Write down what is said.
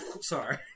Sorry